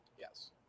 Yes